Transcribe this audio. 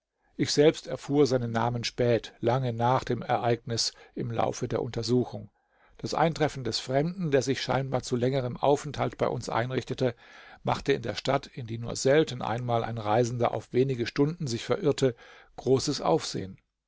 ich selbst erfuhr seinen namen spät lange nach dem ereignis im laufe der untersuchung das eintreffen des fremden der sich scheinbar zu längerem aufenthalt bei uns einrichtete machte in der stadt in die nur selten einmal ein reisender auf wenige stunden sich verirrte großes aufsehen